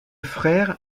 frère